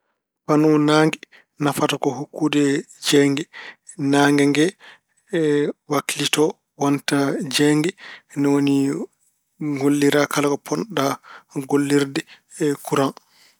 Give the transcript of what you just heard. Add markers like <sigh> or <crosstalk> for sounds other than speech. Pano naange nafata ko hokkude jeeynge. Naange nge <hesitation> waklito wonta jeeynge, ni woni ngollira kala ko potnoɗa gollirde kuraŋ.